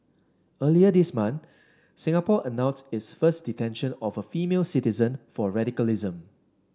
earlier this month Singapore announced its first detention of a female citizen for radicalism